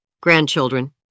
Grandchildren